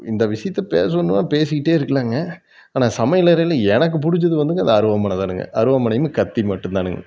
இந்த விஷயத்த பேசணும்னா பேசிக்கிட்டே இருக்கலாங்க ஆனால் சமையலறையில் எனக்கு பிடிச்சது வந்துங்க இந்த அருவாமனை தானுங்க அருவாமனையும் கத்தி மட்டும்தானுங்க